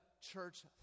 church